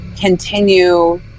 continue